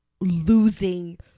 losing